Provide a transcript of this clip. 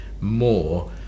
more